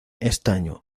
estaño